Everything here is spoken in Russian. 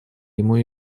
ему